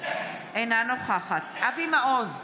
אינה נוכחת אבי מעוז,